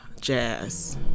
jazz